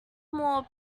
more